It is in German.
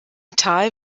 tal